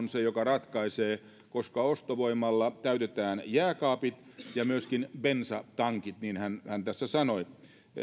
se joka ratkaisee koska ostovoimalla täytetään jääkaapit ja myöskin bensatankit niin hän tässä sanoi